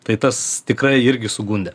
tai tas tikrai irgi sugundė